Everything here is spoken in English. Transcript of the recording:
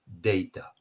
data